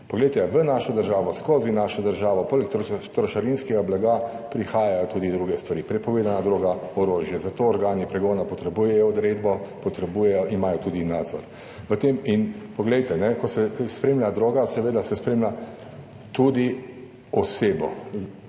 Poglejte, v našo državo, skozi našo državo poleg trošarinskega blaga prihajajo tudi druge stvari, prepovedana droga, orožje. Zato organi pregona potrebujejo odredbo, imajo tudi nadzor glede tega in poglejte, ko se spremlja drogo, se seveda spremlja tudi osebo,